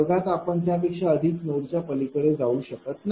वर्गात आपण त्या पेक्षा अधिक नोडच्या पलीकडे जाऊ शकत नाही